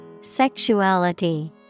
Sexuality